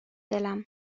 دلم